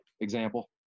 example